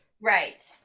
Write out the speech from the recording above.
Right